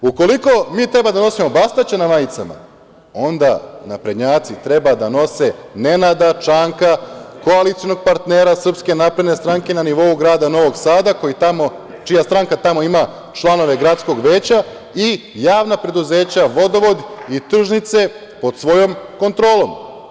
Ukoliko mi treba da nosimo Bastaća na majicama, onda naprednjaci treba da nose Nenada Čanka, koalicionog partnera SNS na nivou grada Novog Sada čija stranka tamo ima članove Gradskog veća i javna preduzeća „Vodovod“ i „Tržnice“ pod svojom kontrolom.